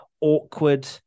Awkward